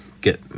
get